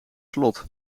slot